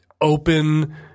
open